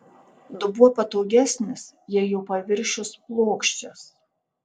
dubuo patogesnis jei jo paviršius plokščias